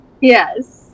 Yes